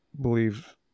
believe